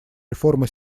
реформы